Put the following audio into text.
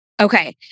Okay